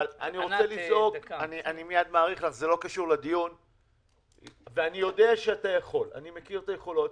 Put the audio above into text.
אז אנחנו רוצים לשאול את עצמנו,